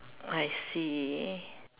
I see